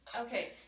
okay